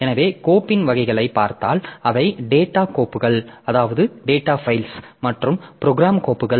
எனவே கோப்பின் வகைகளைப் பார்த்தால் அவை டேட்டாக் கோப்புகள் மற்றும் ப்ரோக்ராம் கோப்புகள்